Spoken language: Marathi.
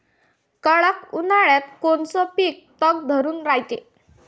कडक उन्हाळ्यात कोनचं पिकं तग धरून रायते?